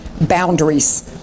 boundaries